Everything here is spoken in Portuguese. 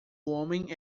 homem